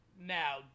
Now